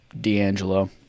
D'Angelo